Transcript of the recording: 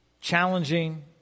challenging